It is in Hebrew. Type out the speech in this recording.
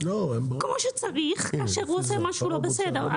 כמו שצריך כאשר הוא עושה משהו לא בסדר.